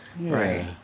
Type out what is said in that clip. right